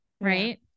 right